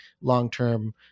long-term